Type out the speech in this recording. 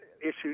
issues